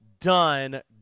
done